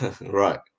right